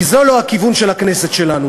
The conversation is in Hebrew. כי זה לא הכיוון של הכנסת שלנו.